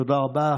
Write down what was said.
תודה רבה.